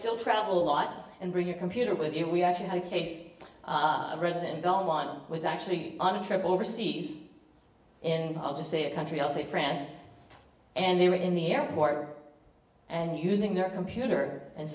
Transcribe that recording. still travel a lot and bring your computer with you we actually had a case a resident on one was actually on a trip overseas and i'll just say a country i'll say france and they were in the airport and using their computer and